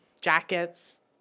jackets